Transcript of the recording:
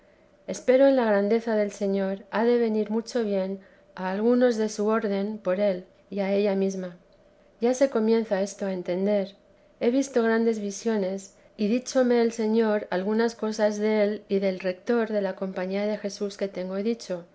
espero en la grandeza del señor ha de venir mucho bien a algunos de su orden por él y a ella mesma ya se comienza esto a entender he visto grandes visiones y díjome el señor algunas cosas del y del retor de la compañía de jesús que tengo dicho